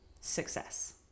success